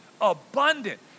Abundant